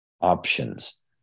options